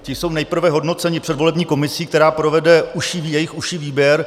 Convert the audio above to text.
Ti jsou nejprve hodnoceni předvolební komisí, která provede jejich užší výběr.